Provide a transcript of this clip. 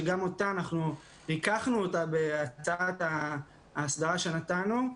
שגם אותה ריככנו בעקבות ההסדרה שנתנו,